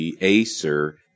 Acer